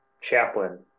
chaplain